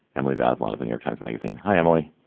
emily bazelon of new york times magazine. hi, emily.